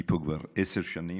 אני פה כבר עשר שנים,